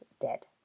dead